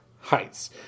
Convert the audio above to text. Heights